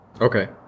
Okay